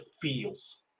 feels